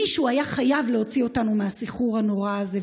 מישהו היה חייב להוציא אותנו מהסחרור הנורא הזה,